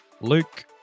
Luke